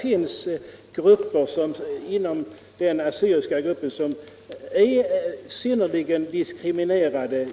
Inom den sistnämnda finns det grupper som i dag är synnerligen diskriminerade.